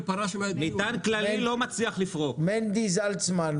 מנדי זלצמן,